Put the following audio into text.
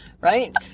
right